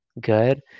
good